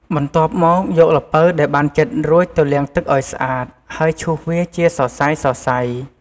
បន្ទាប់មកយកល្ពៅដែលបានចិតរួចទៅលាងទឹកឲ្យស្អាត ហើយឈូសវាជាសរសៃៗ។